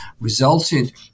resulted